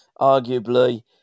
arguably